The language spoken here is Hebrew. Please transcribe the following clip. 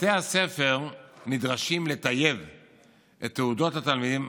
בתי הספר נדרשים לטייב את תעודות התלמידים,